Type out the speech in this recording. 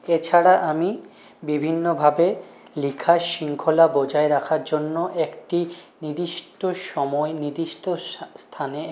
এছাড়া আমি বিভিন্নভাবে লেখার শৃঙ্খলা বজায় রাখার জন্য একটি নির্দিষ্ট সময় নির্দিষ্ট স্থানে